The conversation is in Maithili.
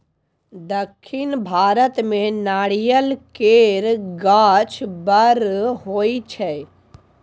दक्खिन भारत मे नारियल केर गाछ बड़ होई छै